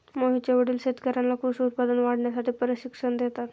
मोहितचे वडील शेतकर्यांना कृषी उत्पादन वाढवण्यासाठी प्रशिक्षण देतात